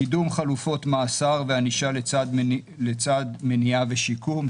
קידום חלופות מאסר וענישה לצד מניעה ושיקום,